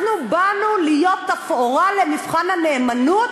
אנחנו באנו להיות תפאורה למבחן הנאמנות